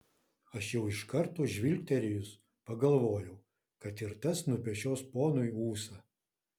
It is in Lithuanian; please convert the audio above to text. aš jau iš karto žvilgterėjus pagalvojau kad ir tas nupešios ponui ūsą